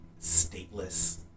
stateless